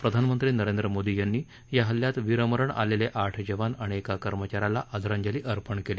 प्रधानमंत्री नरेंद्र मोदी यांनी या हल्ल्यात वीरमरण आल खिठ जवान आणि एका कर्मचाऱ्याला आदरांजली अर्पण कल्ली